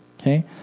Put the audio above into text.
okay